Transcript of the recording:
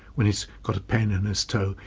when he's got a pain in his toe,